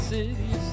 City